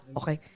okay